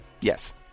yes